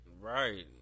right